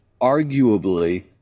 arguably